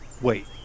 wait